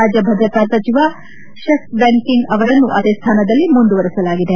ರಾಜ್ಯ ಭದ್ರತಾ ಸಚಿವ ಷೆಶ್ ವೆನ್ಕಿಂಗ್ ಅವರನ್ನು ಅದೇ ಸ್ಥಾನದಲ್ಲಿ ಮುಂದುವರೆಸಲಾಗಿದೆ